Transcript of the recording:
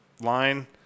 line